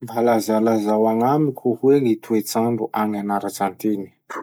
Mba lazalazao agnamiko hoe gny toetsandro agny Arazantiny?